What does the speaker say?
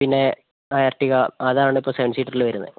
പിന്നെ എർട്ടിഗ അതാണ് ഇപ്പോൾ സെവൻ സീറ്ററിൽ വരുന്നത്